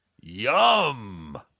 yum